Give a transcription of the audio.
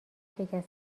شکسته